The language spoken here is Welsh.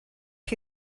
chi